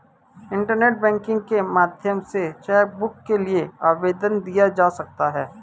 internet banking के माध्यम से चैकबुक के लिए आवेदन दिया जा सकता है